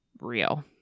real